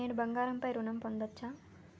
నేను బంగారం పై ఋణం పొందచ్చా?